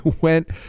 went